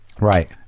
Right